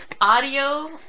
audio